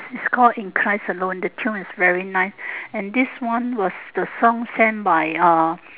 it's call in christ alone the tune is very nice and this one was the song send by uh